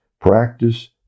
practice